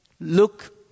look